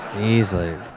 Easily